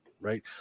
right